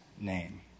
name